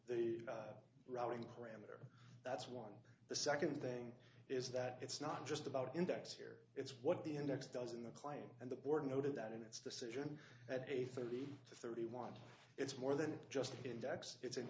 that routing parameter that's one the second thing is that it's not just about index here it's what the index does in the client and the board noted that in its decision at a thirty to thirty one it's more than just an index it's an